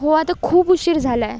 हो आता खूप उशीर झाला आहे